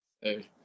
Hey